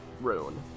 rune